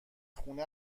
خونه